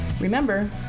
Remember